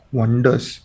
wonders